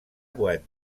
boîte